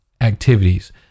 activities